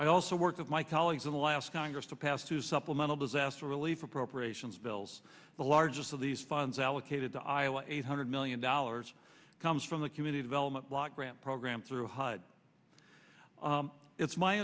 i also worked with my colleagues in the last congress to pass through supplemental disaster relief appropriations bills the largest of these funds allocated to iowa eight hundred million dollars comes from the community development block grant program through hyde it's my